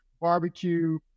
barbecue